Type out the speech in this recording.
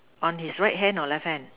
on his right hand or left hand